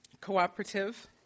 cooperative